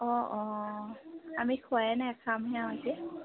অঁ অঁ আমি খুৱাই নাই খামহে আৰু ইয়াতে